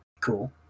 cool